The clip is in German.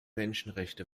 menschenrechte